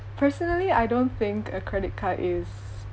personally I don't think uh credit card is